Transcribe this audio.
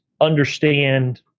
understand